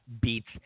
beats